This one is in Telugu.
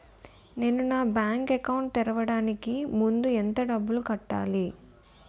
నేను నా బ్యాంక్ అకౌంట్ తెరవడానికి ముందు ఎంత డబ్బులు కట్టాలి?